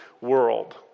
world